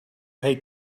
pay